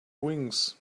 wings